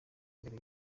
imbere